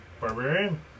barbarian